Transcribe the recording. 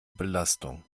belastung